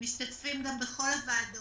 ומשתתפים גם בכל הוועדות,